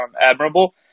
admirable